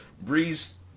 Breeze